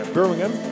Birmingham